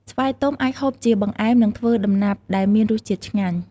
ស្វាយទុំអាចហូបជាបង្អែមនិងធ្វើដំណាប់ដែលមានរសជាតិឆ្ងាញ់។